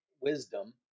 wisdom